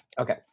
okay